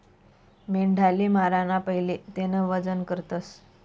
मेंढाले माराना पहिले तेनं वजन करतस